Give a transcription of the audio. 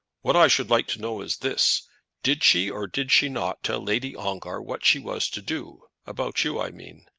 what i should like to know is this did she or did she not tell lady ongar what she was to do about you i mean?